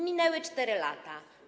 Minęły 4 lata.